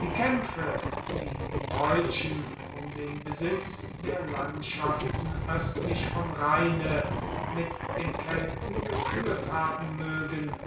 die kämpfe die die deutschen um den besitz der landschaften östlich vom rheine mit den kelten geführt haben mögen